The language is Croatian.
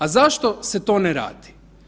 A zašto se to ne radi?